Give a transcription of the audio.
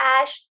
Ash